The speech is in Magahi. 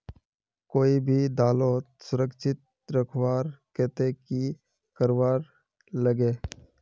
कोई भी दालोक सुरक्षित रखवार केते की करवार लगे?